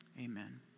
Amen